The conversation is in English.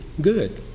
good